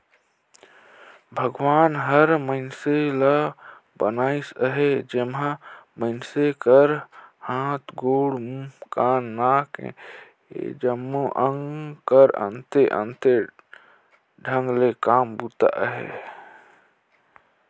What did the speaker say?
भगवान हर मइनसे ल बनाइस अहे जेम्हा मइनसे कर हाथ, गोड़, मुंह, कान, नाक ए जम्मो अग कर अन्ते अन्ते ढंग ले काम बूता अहे